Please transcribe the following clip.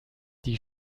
die